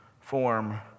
form